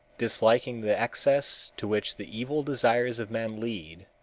disliking the excesses to which the evil desires of men lead,